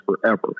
forever